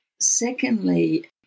secondly